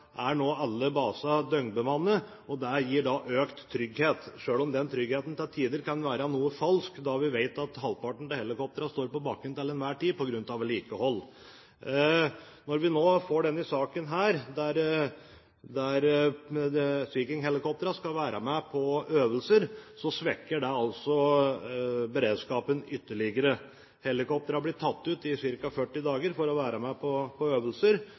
er nå alle basene døgnbemannet. Det gir økt trygghet, selv om den tryggheten til tider kan være noe falsk, da vi vet at halvparten av helikoptrene står på bakken til enhver tid på grunn av vedlikehold. Når nå Sea King-helikoptrene skal være med på øvelser, svekker det beredskapen ytterligere. Helikoptrene blir tatt ut i ca. 40 dager for å være med på